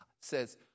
says